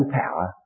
power